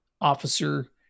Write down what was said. officer